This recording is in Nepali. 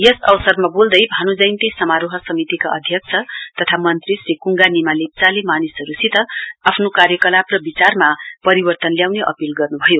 यस अवसरमा बोल्दै भान् जयान्ती समारोह समितिका अध्यक्ष तथा मंत्री श्री कुङगा निमा निमाले मानिसहरुसित आफ्नो कार्यकलाप र विचारमा परिवर्तन ल्याउने अपील गर्नुभयो